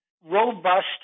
robust